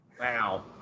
Wow